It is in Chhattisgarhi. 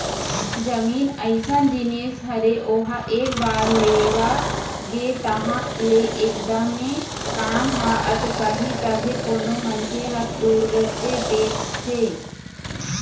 जमीन अइसन जिनिस हरे ओहा एक बार लेवा गे तहाँ ले एकदमे काम ह अटकही तभे कोनो मनखे ह तुरते बेचथे